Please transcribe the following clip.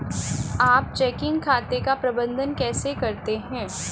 आप चेकिंग खाते का प्रबंधन कैसे करते हैं?